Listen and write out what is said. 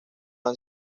han